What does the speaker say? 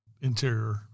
interior